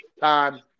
time